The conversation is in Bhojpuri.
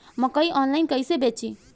मकई आनलाइन कइसे बेची?